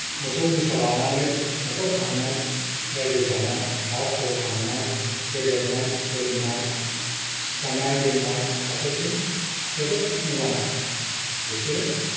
मोसौ मोसा लानानै न'खर खांनाय रायजो जानाय फिसा फिसौ खांनाय फेदेरनाय फोरोंनाय गाननाय जोमनाय फारसेथिं जोबोद मोजां बिसोरो